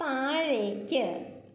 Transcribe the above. താഴേക്ക്